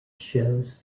shows